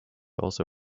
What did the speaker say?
also